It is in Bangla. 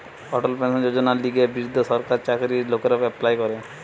অটল পেনশন যোজনার লিগে বৃদ্ধ সরকারি চাকরির লোকরা এপ্লাই করে